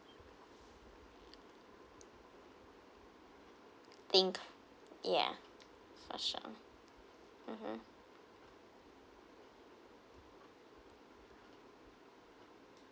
think ya for sure mmhmm